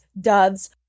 doves